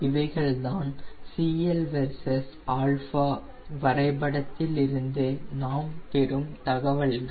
இவைகள்தான் CL versus α வரைபடத்தில் இருந்து நாம் பெறும் தகவல்கள்